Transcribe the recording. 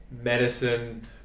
medicine